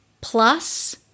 plus